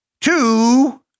Two